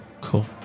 Cool